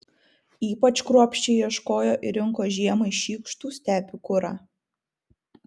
ypač kruopščiai ieškojo ir rinko žiemai šykštų stepių kurą